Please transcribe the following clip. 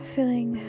Feeling